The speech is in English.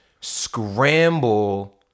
scramble